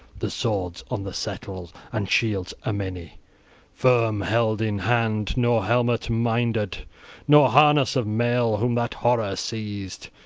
the swords on the settles, and shields a-many firm held in hand nor helmet minded nor harness of mail, whom that horror seized.